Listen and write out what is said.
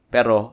Pero